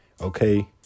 okay